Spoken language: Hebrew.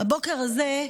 בבוקר הזה,